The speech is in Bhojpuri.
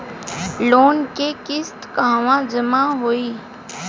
लोन के किस्त कहवा जामा होयी?